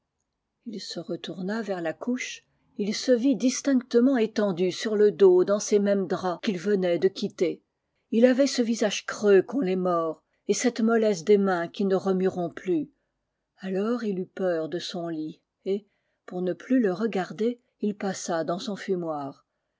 ii se retourna vers la couche et il se vit distinctement étendu sur le dos dans ces mêmes draps qu'il venait de quitter ii avait ce visage creux qu'ont les morts et cette mollesse des mains qui ne remueront plus alors il eut peur de son lit et pour ne plus le regarder il passa dans son fumoir